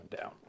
down